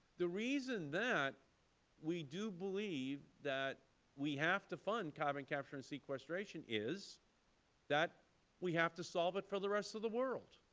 the reason that we do believe that we have to fund carbon capture and sequestration is that we have to solve it for the rest of the world.